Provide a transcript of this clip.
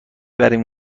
بریم